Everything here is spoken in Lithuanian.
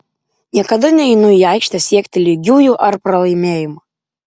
niekada neinu į aikštę siekti lygiųjų ar pralaimėjimo